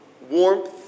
warmth